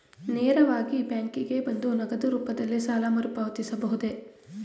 ನೇರವಾಗಿ ಬ್ಯಾಂಕಿಗೆ ಬಂದು ನಗದು ರೂಪದಲ್ಲೇ ಸಾಲ ಮರುಪಾವತಿಸಬಹುದೇ?